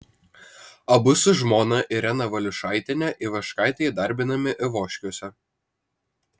abu su žmona irena valiušaitiene ivaškaite įdarbinami ivoškiuose